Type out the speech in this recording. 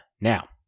Now